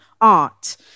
art